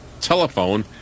telephone